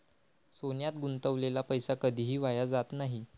सोन्यात गुंतवलेला पैसा कधीही वाया जात नाही